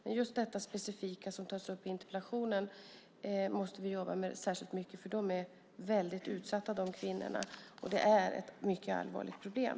Men just detta specifika som tas upp i interpellationen måste vi jobba med särskilt mycket, för de kvinnorna är väldigt utsatta, och det är ett mycket allvarligt problem.